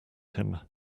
him